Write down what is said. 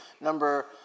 number